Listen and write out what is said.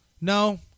No